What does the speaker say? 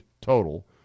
total